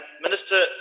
Minister